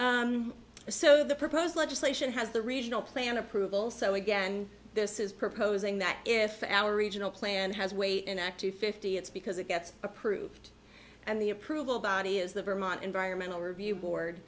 region so the proposed legislation has the regional plan approval so again this is proposing that if our regional plan has weight in act two fifty it's because it gets approved and the approval body is the vermont environmental review board